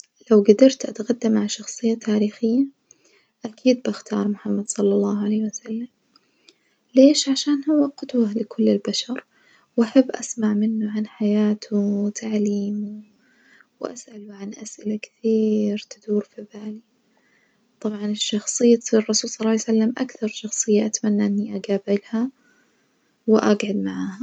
لو جدرت أتغدى مع شخصية تاريخية أكيد بختار محمد صلى الله عليه وسلم، ليش؟ عشان هو قدوة لكل البشر وأحب أسمع منه عن حياته وتعليمه وأسأله عن أسئلة كثيير تدور في بالي، طبعًا الشخصية الرسول صلى الله عليه وسلم أكثر شخصية أتمنى إني أجابلها وأجعد معاها.